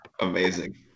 Amazing